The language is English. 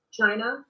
china